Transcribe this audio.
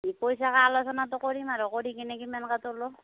পইচা কা আলোচনাটো কৰিম আৰু কৰি কেনে কিমানকৈ তোলো